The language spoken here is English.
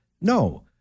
no